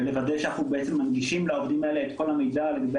ולוודא שאנחנו בעצם מנגישים לעובדים האלה את כל המידע לגבי